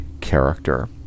character